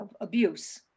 abuse